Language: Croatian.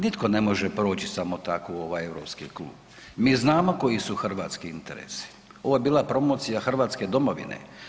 Nitko ne može proći samo tako u ovaj europski klub, mi znamo koji su hrvatski interesi, ovo je bila promocija Hrvatske domovine.